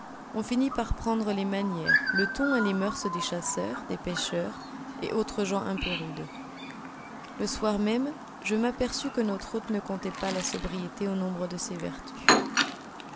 on finit par prendre les manières le ton et les moeurs des chasseurs des pêcheurs et autres gens un peu rudes le soir même je m'aperçus que notre hôte ne comptait pas la sobriété au nombre de ses vertus